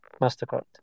MasterCard